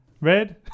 red